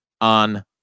on